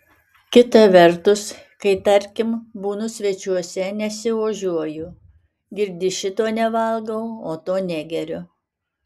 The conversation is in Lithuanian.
kita vertus kai tarkim būnu svečiuose nesiožiuoju girdi šito nevalgau o to negeriu